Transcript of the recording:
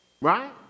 Right